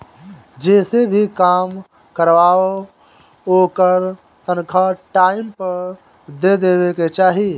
जेसे भी काम करवावअ ओकर तनखा टाइम पअ दे देवे के चाही